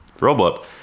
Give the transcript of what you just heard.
robot